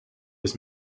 his